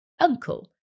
uncle